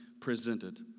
presented